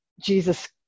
jesus